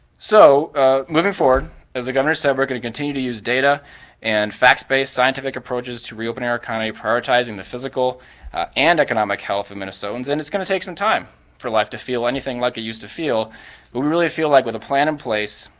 so moving forward as the governor said we're going to continue to use data and facts based scientific approaches to reopen our economy, prioritizing the physical and economic health of minnesotans and it's going to take some time for life to feel anything like it ah used to feel, but we really feel like with a plan in place,